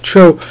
True